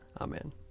Amen